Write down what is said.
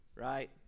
right